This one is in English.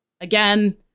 again